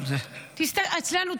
אצלנו,